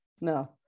No